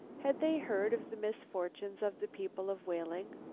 had they heard of the misfortunes of the people of whaling?